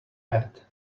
had